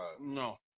No